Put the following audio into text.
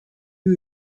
two